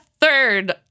third